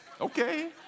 Okay